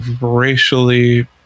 racially